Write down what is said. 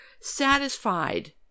satisfied